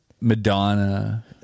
Madonna